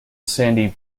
sandy